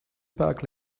park